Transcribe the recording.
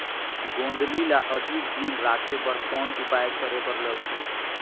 गोंदली ल अधिक दिन राखे बर कौन उपाय करे बर लगही?